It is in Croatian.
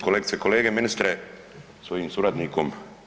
Kolegice i kolege, ministre sa svojim suradnikom.